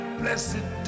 blessed